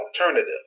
alternative